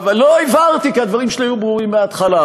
אבל לא הבהרתי, כי הדברים שלי היו ברורים מההתחלה.